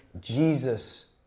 Jesus